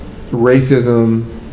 racism